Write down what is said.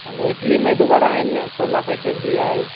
इडली मेदु वड़ा आहिनि छोला पेटीस बि आहे